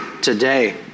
today